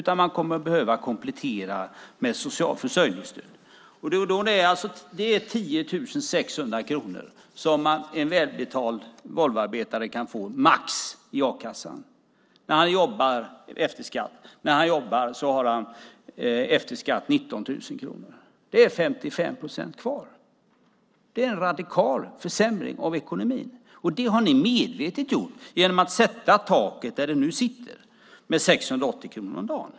De kommer att behöva komplettera den med försörjningsstöd. Det är 10 600 kronor som en välbetald Volvoarbetare kan få maximalt i a-kassan efter skatt. När han jobbar har han efter skatt 19 000 kronor. Det är 55 procent kvar. Det är en radikal försämring av ekonomin. Det har ni medvetet gjort genom att sätta taket där det nu sitter på 680 kronor om dagen.